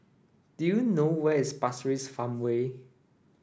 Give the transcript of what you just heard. do you know where is Pasir Ris Farmway